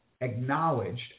acknowledged